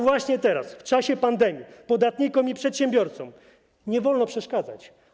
Właśnie teraz, w czasie pandemii, podatnikom i przedsiębiorcom nie wolno przeszkadzać.